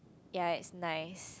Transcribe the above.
ya it's nice